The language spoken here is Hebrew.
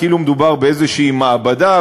כאילו מדובר באיזו מעבדה,